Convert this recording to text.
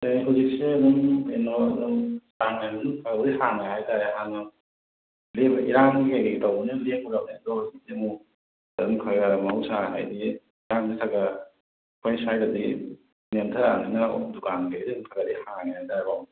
ꯑꯣ ꯍꯧꯖꯤꯛꯁꯦ ꯑꯗꯨꯝ ꯀꯩꯅꯣ ꯑꯗꯨꯝ ꯆꯥꯡ ꯅꯥꯏꯅ ꯑꯗꯨꯝ ꯈꯔ ꯈꯔꯕꯨꯗꯤ ꯍꯥꯡꯉꯦ ꯍꯥꯏꯇꯥꯔꯦ ꯍꯥꯟꯅ ꯊꯣꯛꯏꯕ ꯏꯔꯥꯡ ꯀꯩꯀꯩ ꯇꯧꯕꯅꯤꯅ ꯂꯦꯞꯄꯨꯔꯕꯅꯦ ꯑꯗꯣ ꯍꯧꯖꯤꯛꯇꯤ ꯑꯃꯨꯛ ꯈꯤꯇꯪ ꯈꯒ ꯈꯒ ꯃꯍꯧꯁꯥ ꯍꯥꯏꯗꯤ ꯏꯔꯥꯡ ꯈ꯭ꯔ ꯈ꯭ꯔ ꯑꯩꯈꯣꯏ ꯁ꯭ꯋꯥꯏꯗꯗꯤ ꯅꯦꯝꯊꯥꯔꯕꯅꯤꯅ ꯗꯨꯀꯥꯟ ꯒꯩꯁꯦ ꯈꯒꯗꯤ ꯍꯥꯡꯉꯦ ꯍꯥꯏꯇꯥꯔꯦꯀꯣ